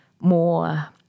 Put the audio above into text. more